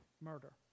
murder